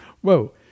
whoa